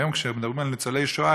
היום כשמדברים על ניצולי שואה,